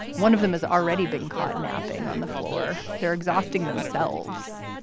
one of them has already been caught napping on the floor. they're exhausting themselves,